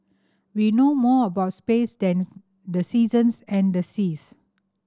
we know more about space than the seasons and the seas